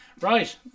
Right